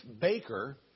baker